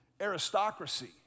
aristocracy